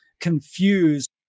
confused